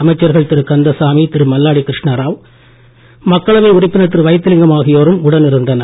அமைச்சர்கள் திரு கந்தசாமி திரு மல்லாடி கிருஷ்ணராவ் மக்களவை உறுப்பினர் திரு வைத்திலிங்கம் ஆகியோர் உடன் இருந்தனர்